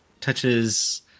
touches